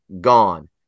gone